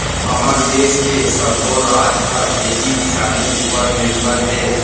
हमर देस के सब्बो राज ह खेती किसानी उपर निरभर हे